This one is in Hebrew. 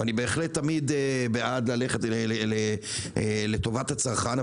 ואני בהחלט תמיד בעד ללכת לטובת הצרכן,